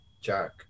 Jack